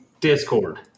Discord